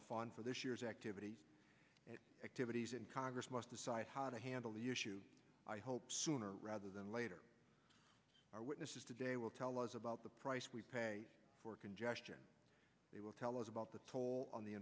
the fund for this year's activities and activities and congress must decide how to handle the issue i hope sooner rather than later our witnesses today will tell us about the price we pay for congestion they will tell us about the toll on the